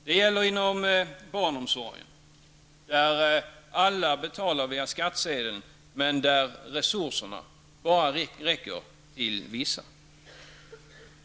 Det gäller inom barnomsorgen, där alla betalar via skattsedeln men där resurserna bara räcker till vissa.